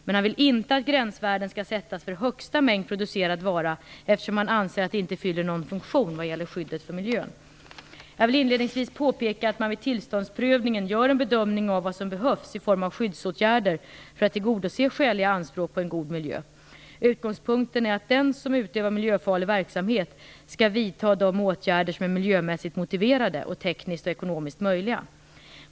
Men han vill inte att gränsvärden skall sättas för högsta mängd producerad vara, eftersom han anser att det inte fyller någon funktion vad gäller skyddet för miljön. Jag vill inledningsvis påpeka att man vid tillståndsprövningen gör en bedömning av vad som behövs i form av skyddsåtgärder för att tillgodose skäliga anspråk på en god miljö. Utgångspunkten är att den som utövar miljöfarlig verksamhet skall vidta de åtgärder som är miljömässigt motiverade och tekniskt och ekonomiskt möjliga.